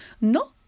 No